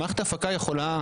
מערכת ההפקה יכולה,